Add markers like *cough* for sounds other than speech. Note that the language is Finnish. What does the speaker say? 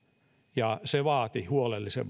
ja se vaati huolellisen *unintelligible*